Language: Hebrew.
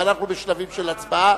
ואנחנו בשלבים של הצבעה,